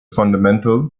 fundamental